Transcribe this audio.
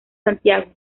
santiago